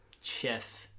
Chef